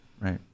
right